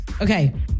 Okay